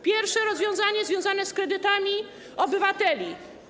Pierwsze rozwiązanie związane jest z kredytami obywateli.